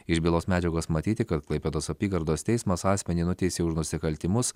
iš bylos medžiagos matyti kad klaipėdos apygardos teismas asmenį nuteisė už nusikaltimus